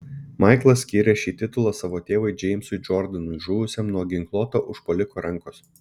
maiklas skyrė šį titulą savo tėvui džeimsui džordanui žuvusiam nuo ginkluoto užpuoliko rankos